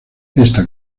esta